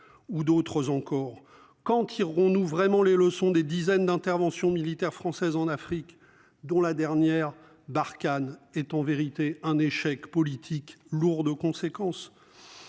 Ou d'autres encore qu'en tireront-nous vraiment les leçons des dizaines d'interventions militaires françaises en Afrique, dont la dernière Barkhane est en vérité un échec politique lourde de conséquences.